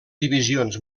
divisions